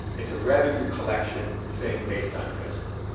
it's a revenue-collection thing based on principles.